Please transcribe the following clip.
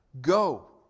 Go